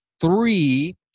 three